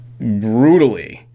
brutally